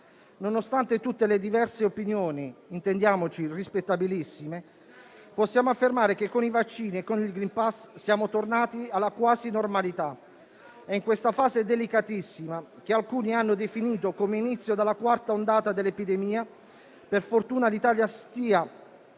Nonostante tutte le diverse opinioni - intendiamoci rispettabilissime - possiamo affermare che, con i vaccini e con il *green* *pass*, siamo tornati alla quasi normalità. In questa fase delicatissima, che alcuni hanno definito come inizio della quarta ondata dell'epidemia, per fortuna l'Italia sta